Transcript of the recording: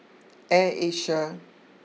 Air Asia